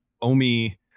omi